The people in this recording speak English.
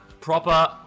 proper